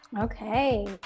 okay